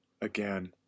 again